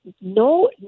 no